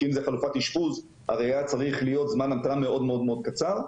כי אם זו חלופת אשפוז הרי היה צריך להיות זמן המתנה מאוד מאוד קצר.